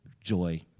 joy